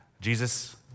Jesus